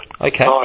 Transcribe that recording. Okay